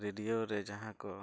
ᱨᱮ ᱡᱟᱦᱟᱸ ᱠᱚ